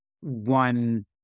one